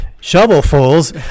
shovelfuls